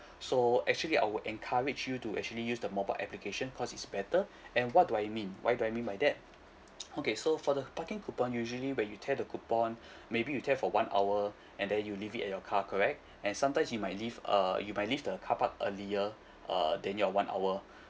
so actually I would encourage you to actually use the mobile application cause it's better and what do I mean why do I mean by that okay so for the parking coupon usually when you tear the coupon maybe you tear for one hour and then you leave it at your car correct and sometimes you might leave err you might leave the car park earlier err than your one hour